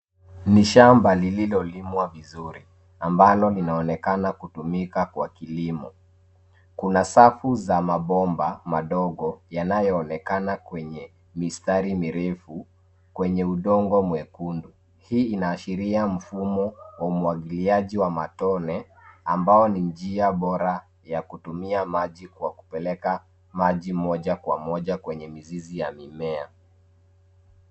Ni shamba lililolimwa vizuri, ambalo linaonekana kutumika kwa kilimo. Kuna safu za mabomba madogo, yanayoonekana kwenye mistari mirefu, kwenye udongo mwekundu. Hii inaashiria mfumo wa umwagiliaji wa matone, ambao ni njia bora, ya kutumia maji kwa kupeleka, maji moja kwa moja kwenye mizizi ya mimea.